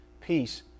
peace